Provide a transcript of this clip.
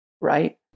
right